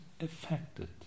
affected